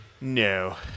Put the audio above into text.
No